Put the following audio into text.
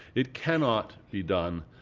it cannot be done,